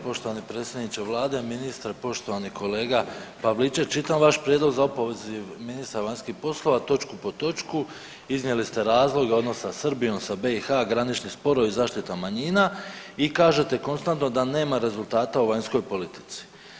Poštovani predsjedniče vlade, ministre, poštovani kolega Pavliček čitam vaš prijedlog za opoziv ministra vanjskih poslova, točku po točku, iznijeli ste razloge, odnos sa Srbijom, sa BiH, granični sporovi, zaštita manjina i kažete konstantno da nema rezultata u vanjskoj politici.